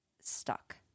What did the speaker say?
stuck